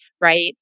right